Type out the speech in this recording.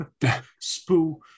Spoo